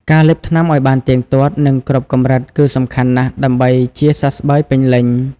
ការលេបថ្នាំឱ្យបានទៀងទាត់ និងគ្រប់កម្រិត គឺសំខាន់ណាស់ដើម្បីជាសះស្បើយពេញលេញ។